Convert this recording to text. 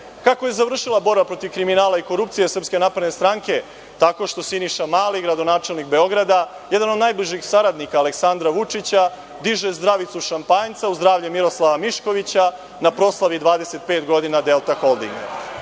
ne. Kako je završila borba protiv kriminala i korupcije SNS? Tako što Siniša Mali, gradonačelnik Beograda, jedan od najbližih saradnika Aleksandra Vučića, diže zdravicu šampanjca u zdravlje Miroslava Miškovića na proslavi 25 godina „Delta holdinga“.To